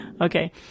okay